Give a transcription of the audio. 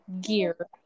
gear